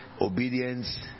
obedience